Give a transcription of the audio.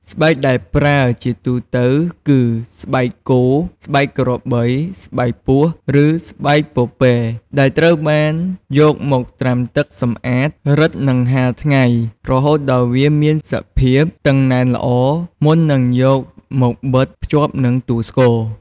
ស្បែកដែលប្រើជាទូទៅគឺ ស្បែកគោ ស្បែកក្របី ស្បែកពស់ ឬស្បែកពពែ ដែលត្រូវបានយកមកត្រាំទឹក សម្អាត រឹត និងហាលថ្ងៃ រហូតដល់វាមានសភាពតឹងណែនល្អ មុននឹងយកមកបិទភ្ជាប់នឹងតួស្គរ។